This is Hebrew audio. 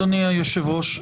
אדוני היושב-ראש,